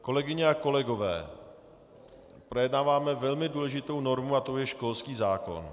Kolegyně a kolegové, projednáváme velmi důležitou normu a tou je školský zákon.